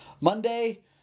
Monday